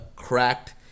Cracked